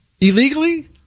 illegally